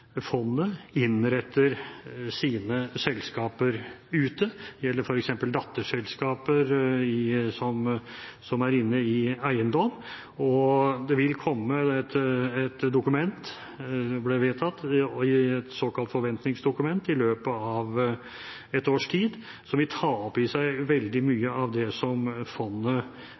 fondet innretter sine selskaper ute. Det gjelder f.eks. datterselskaper innen eiendom. Det er vedtatt at det vil komme et dokument, et såkalt forventningsdokument, i løpet av ett års tid, som vil ta for seg veldig mye av det som fondet